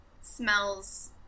smells